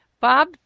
Bob